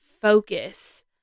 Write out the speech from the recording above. focus